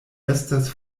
estas